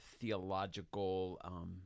theological –